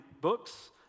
books